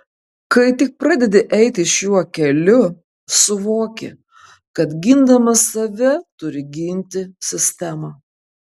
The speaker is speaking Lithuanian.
kai tik pradedi eiti šiuo keliu suvoki kad gindamas save turi ginti sistemą